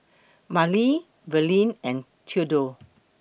Marilee Verlin and Thedore